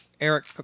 Eric